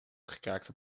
gekraakte